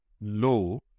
low